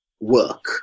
work